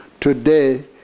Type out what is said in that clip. today